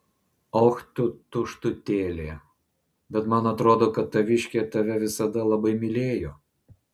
och tu tuštutėlė bet man atrodo kad taviškė tave visada labai mylėjo